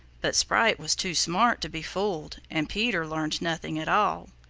but sprite was too smart to be fooled and peter learned nothing at all.